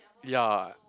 ya